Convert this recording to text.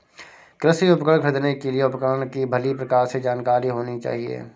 कृषि उपकरण खरीदने के लिए उपकरण की भली प्रकार से जानकारी होनी चाहिए